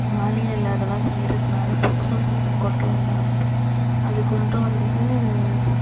பாலியல் அதெல்லாம் செய்கிறதுனால போக்ஸோ சட்டம் கொண்டு வந்தாங்க அது கொண்டு வந்தது